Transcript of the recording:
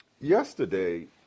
yesterday